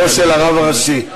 נכדו של הרב הראשי.